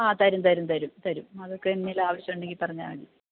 ആഹ് തരും തരും തരും തരും അതൊക്കെ എന്തെങ്കിലും ആവശ്യമുണ്ടെങ്കില് പറഞ്ഞാല് മതി